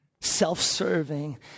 self-serving